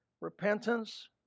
Repentance